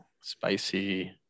spicy